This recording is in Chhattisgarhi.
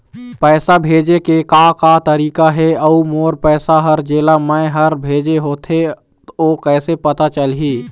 पैसा भेजे के का का तरीका हे अऊ मोर पैसा हर जेला मैं हर भेजे होथे ओ कैसे पता चलही?